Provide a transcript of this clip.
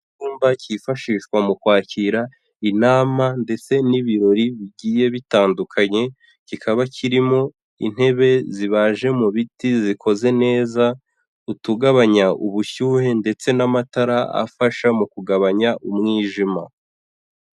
Icyumba cyifashishwa mu kwakira inama ndetse n'ibirori bigiye bitandukanye, kikaba kirimo intebe zibaje mu biti zikoze neza, utugabanya ubushyuhe ndetse n'amatara afasha mu kugabanya umwijima.